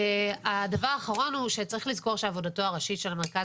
הדבר האחרון הוא שצריך לזכור שעבודתו הראשית של המרכז